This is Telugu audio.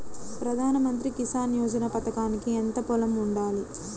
ప్రధాన మంత్రి కిసాన్ యోజన పథకానికి ఎంత పొలం ఉండాలి?